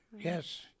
Yes